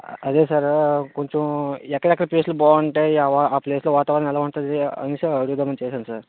అదే సారు కొంచెం ఎక్కడెక్కడ ప్లేస్లు బాగుంటాయి ఆ వా ఆ ప్లేస్లో వాతావరణం ఎలా ఉంటుంది అనే విషయం అడుగుదామని చేశాను సార్